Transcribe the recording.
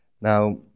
Now